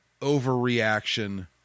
overreaction